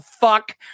fuck